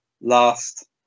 last